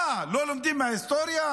מה, לא לומדים מההיסטוריה?